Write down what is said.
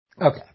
Okay